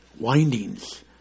windings